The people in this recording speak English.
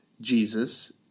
Jesus